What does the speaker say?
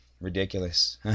ridiculous